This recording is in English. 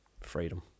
Freedom